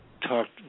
talked